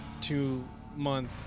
two-month